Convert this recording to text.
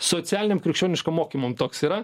socialiniam krikščioniškam mokymam toks yra